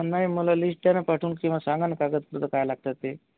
नाही मला लिष्ट द्या ना पाठवून किंवा सांगा ना कागदपत्रं काय लागतात ते